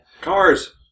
Cars